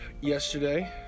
yesterday